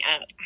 up